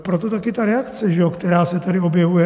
Proto také ta reakce, která se tady objevuje.